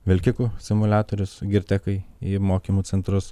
vilkikų simuliatorius girtekai į mokymų centrus